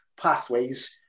pathways